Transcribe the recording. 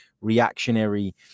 reactionary